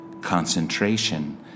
concentration